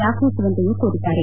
ದಾಖಲಿಸುವಂತೆಯೂ ಕೋರಿದ್ದಾರೆ